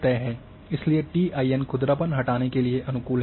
इसलिए टीआईएन खुरदरापन हटाने के लिए अनुकूल है